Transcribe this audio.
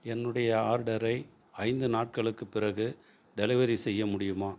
என்னுடைய ஆர்டரை ஐந்து நாட்களுக்குப் பிறகு டெலிவரி செய்ய முடியுமா